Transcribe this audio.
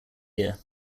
year